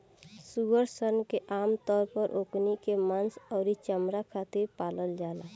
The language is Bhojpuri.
सूअर सन के आमतौर पर ओकनी के मांस अउरी चमणा खातिर पालल जाला